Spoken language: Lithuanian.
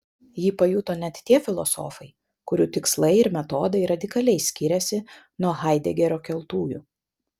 jį pajuto net tie filosofai kurių tikslai ir metodai radikaliai skiriasi nuo haidegerio keltųjų